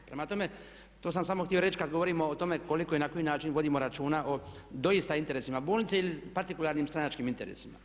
Prema tome, to sam samo htio reći kad govorimo o tome koliko i na koji način vodimo računa o doista interesima bolnice ili partikularnim stranačkim interesima.